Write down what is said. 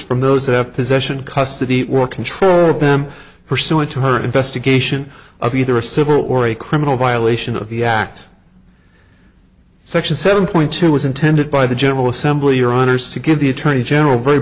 from those that have possession custody or control them pursuant to her investigation of either a civil or a criminal violation of the act section seven point two was intended by the general assembly your honour's to give the attorney general very